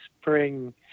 spring